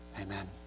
amen